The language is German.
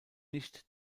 nicht